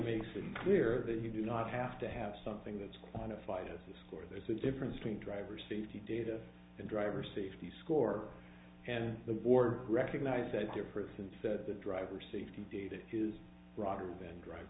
makes it clear that you do not have to have something that's quantified as a score there's a difference between driver safety data and driver safety score and the war recognize a difference and said the driver safety data is broader than drive